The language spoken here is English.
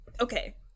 okay